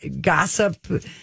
gossip